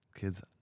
kids